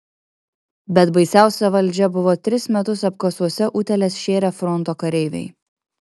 bet baisiausia valdžia buvo tris metus apkasuose utėles šėrę fronto kareiviai